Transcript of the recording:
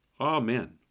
amen